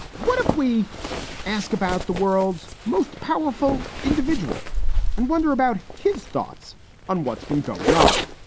what if we ask about the world's most powerful individual and wonder about his thoughts on what's been going on?